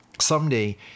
Someday